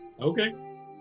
Okay